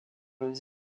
les